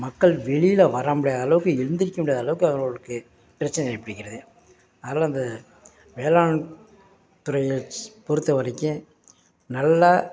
மக்கள் வெளியில வரமுடியாத அளவுக்கு எழுந்திரிக்க முடியாத அளவுக்கு அவர்களுக்கு பிரச்சனை ஏற்படுகிறது அதனால அந்த வேளாண் துறையில் பொறுத்தவரைக்கும் நல்லா